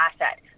asset